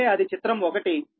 అంటే అది చిత్రం 1